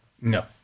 No